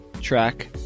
track